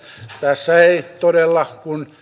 tässä ei todella kun